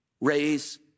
raise